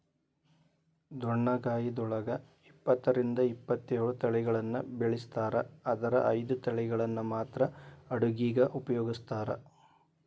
ಡೊಣ್ಣಗಾಯಿದೊಳಗ ಇಪ್ಪತ್ತರಿಂದ ಇಪ್ಪತ್ತೇಳು ತಳಿಗಳನ್ನ ಬೆಳಿಸ್ತಾರ ಆದರ ಐದು ತಳಿಗಳನ್ನ ಮಾತ್ರ ಅಡುಗಿಗ ಉಪಯೋಗಿಸ್ತ್ರಾರ